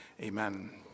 Amen